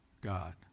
God